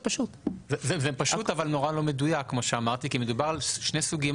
זה פשוט אבל נורא לא מדויק מה שאמרת כי מדובר על שני סוגים